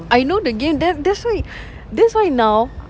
I know the game then that's why now